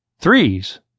Threes